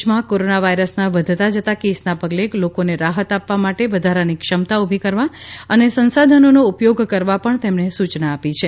દેશમાં કોરોના વાયરસના વધતા જતા કેસના પગલે લોકોને રાહત આપવા માટે વધારાની ક્ષમતા ઉભી કરવા અને સંસાધનોનો ઉપથોગ કરવા પણ તેમણે સૂચના આપી છે